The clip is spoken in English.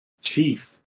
chief